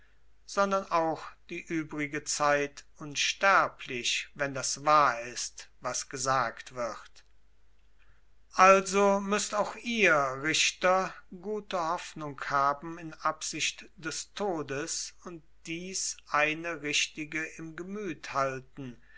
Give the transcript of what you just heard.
sondern auch die übrige zeit unsterblich wenn das wahr ist was gesagt wird also müßt auch ihr richter gute hoffnung haben in absicht des todes und dies eine richtige im gemüt halten